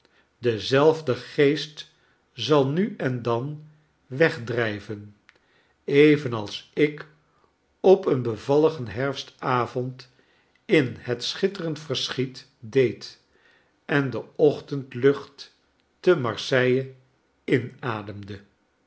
dezelfde geest zal nu en dan wegdrijven evenals ik op een bevalligen herfstavond in het schitterend verschiet deed ende ochtendlucht te marseille inademde